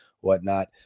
whatnot